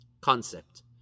concept